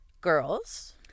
girls